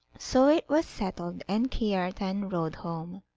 so it was settled, and kiartan rode home.